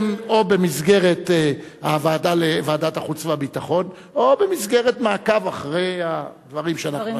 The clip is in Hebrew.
או במסגרת ועדת החוץ והביטחון או במסגרת מעקב אחרי הדברים שאנחנו עשינו.